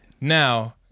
Now